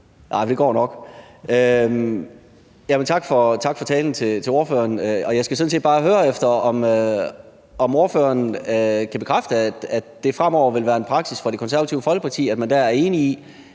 (EL): Det går nok. Tak til ordføreren for talen. Jeg skal sådan set bare høre, om ordføreren kan bekræfte, at det fremover vil være en praksis for Det Konservative Folkeparti, at man der er enige i,